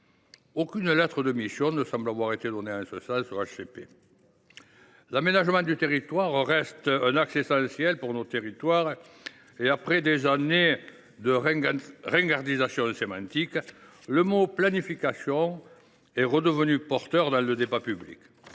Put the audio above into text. Aucune lettre de mission ne semble avoir été donnée à cet égard au HCP. L’aménagement du territoire reste un axe essentiel pour nos territoires. Après des années de ringardisation sémantique, le mot « planification » est redevenu porteur dans le débat public.